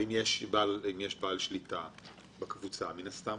אם יש בעל שליטה בקבוצה, מן הסתם